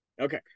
Okay